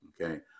okay